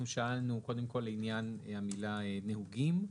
אנחנו שאלנו קודם כל לעניין המילה "נהוגים",